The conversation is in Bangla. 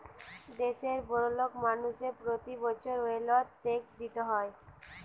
দেশের বড়োলোক মানুষদের প্রতি বছর ওয়েলথ ট্যাক্স দিতে হয়